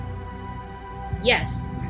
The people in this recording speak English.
Yes